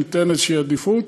שניתן איזושהי עדיפות,